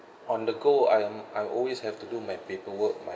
on the go I'm I always have to do my paperwork